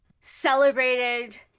celebrated